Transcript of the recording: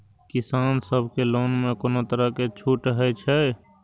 किसान सब के लोन में कोनो तरह के छूट हे छे?